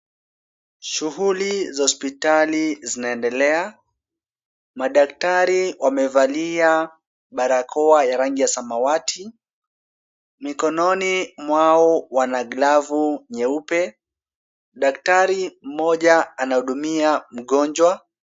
Shughuli za hospitali zinaendelea. Madaktari wamevalia barakoa ya rangi ya samawati. Mikononi mwao wana glavu nyeupe. Daktari mmoja anahudumia mgonjwa.